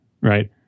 right